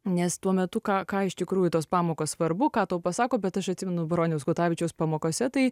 nes tuo metu ką ką iš tikrųjų tos pamokos svarbu ką tau pasako bet aš atsimenu broniaus kutavičiaus pamokose tai